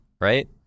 right